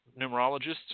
numerologists